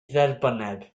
dderbynneb